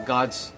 God's